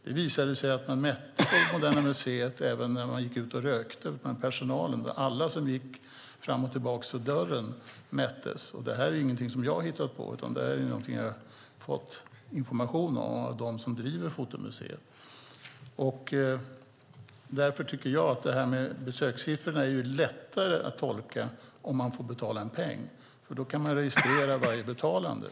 Det visade sig att Moderna museet även mätte personalen som gick ut och rökte. Alla som gick fram och tillbaka i dörren mättes. Det är ingenting som jag har hittat på, utan jag har fått informationen av dem som driver fotomuseet. Därför tycker jag att det är lättare att tolka besökssiffrorna om man får betala en peng. Då går det att registrera varje betalande.